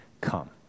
come